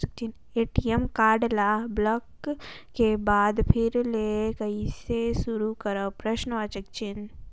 ATM card ल block के बाद फिर ले कइसे शुरू करव?